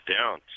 down